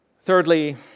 Thirdly